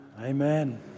Amen